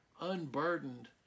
unburdened